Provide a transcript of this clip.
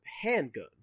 handgun